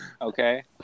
Okay